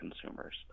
consumers